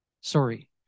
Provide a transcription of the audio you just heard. Sorry